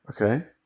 Okay